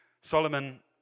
Solomon